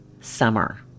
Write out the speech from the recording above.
summer